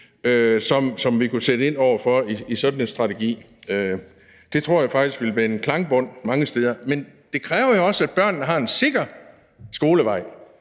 som vi kunne sætte ind over for i sådan en strategi. Det tror jeg faktisk ville vække genklang mange steder. Men det kræver jo også, at børnene har en sikker skolevej.